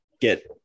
get